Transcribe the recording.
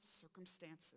circumstances